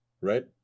Right